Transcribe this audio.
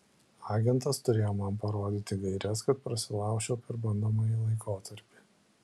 agentas turėjo man parodyti gaires kad prasilaužčiau per bandomąjį laikotarpį